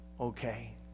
Okay